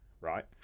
right